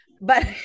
But-